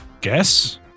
guess